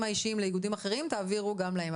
האישיים לאיגודים אחרים תעבירו גם להם.